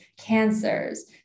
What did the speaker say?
cancers